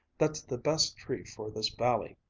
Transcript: that's the best tree for this valley.